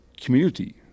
community